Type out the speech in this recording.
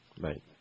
right